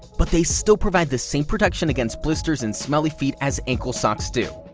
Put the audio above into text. but they still provide the same protection against blisters and smelly feet as ankle socks do.